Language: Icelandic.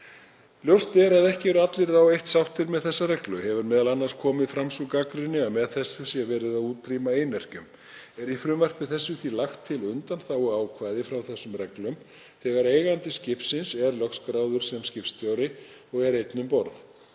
Ljóst er að ekki eru allir á eitt sáttir með þessa reglu. Hefur m.a. komið fram sú gagnrýni að með þessu sé verið að útrýma einyrkjum. Er í frumvarpinu því lagt til undanþáguákvæði frá þessum reglum þegar eigandi skipsins er lögskráður sem skipstjóri og er einn um borð.